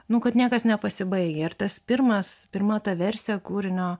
nu kad niekas nepasibaigia ir tas pirmas pirma ta versija kūrinio